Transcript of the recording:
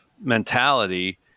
mentality